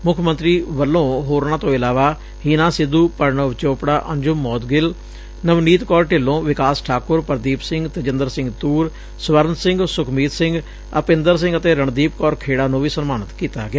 ਮੁੱਖ ਮੰਤਰੀ ਵੱਲੋਂ ਹੋਰਨਾਂ ਤੋਂ ਇਲਾਵਾ ਹੀਨਾਂ ਸਿੱਧੂ ਪ੍ਰਨੱਵ ਚੋਪੜਾ ਅਨਜੁਮ ਮੌਦਗਿਲਨਵਜੀਤ ਕੌਰ ਢਿੱਲੋਂ ਵਿਕਾਸ ਠਾਕੁਰ ਪਰਦੀਪ ਸਿੰਘ ਤਜਿੰਦਰ ਸਿੰਘ ਤੂਰ ਸਵਰਨ ਸਿੰਘ ਸੁਖਮੀਤ ਸਿੰਘ ਅਪਿੰਦਰ ਸਿੰਘ ਅਤੇ ਰਣਦੀਪ ਕੌਰ ਖੇੜਾ ਨੂੰ ਵੀ ਸਨਮਾਨਿਤ ਕੀਤਾ ਗਿਆ